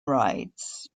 rides